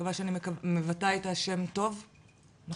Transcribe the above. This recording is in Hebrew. אני